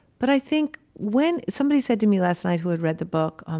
but i think when somebody said to me last night who had read the book, um